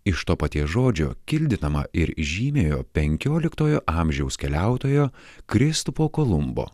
iš to paties žodžio kildinama ir žymiojo penkioliktojo amžiaus keliautojo kristupo kolumbo